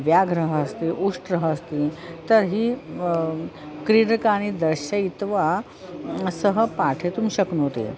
व्याघ्रः अस्ति उष्ट्रः अस्ति तर्हि क्रीडकानि दर्शयित्वा सः पाठयितुं शक्नोति